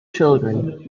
children